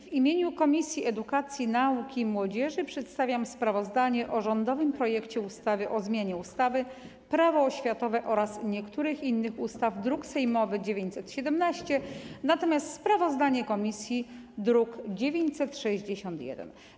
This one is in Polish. W imieniu Komisji Edukacji, Nauki i Młodzieży przedstawiam sprawozdanie o rządowym projekcie ustawy o zmianie ustawy - Prawo oświatowe oraz niektórych innych ustaw, druk sejmowy nr 917, natomiast sprawozdanie komisji to druk nr 961.